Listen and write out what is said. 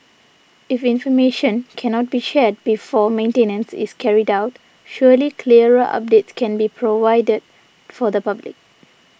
if information cannot be shared before maintenance is carried out surely clearer updates can be provided for the public